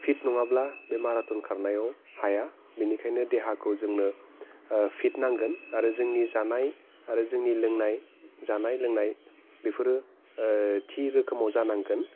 fit नङाब्ला बे marathon खारनायाव हाया बेनिखायनो देहाखौ जोंनो फिट नांगोन आरो जोंनि जानाय आरो जोंनि लोंनाय जानाय लोंनाय बेफोरो थि रोखोमाव जानांगोन